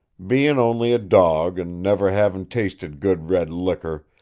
bein' only a dawg and never havin' tasted good red liquor,